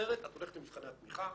אחרת את הולכת למבחני התמיכה,